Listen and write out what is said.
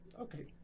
okay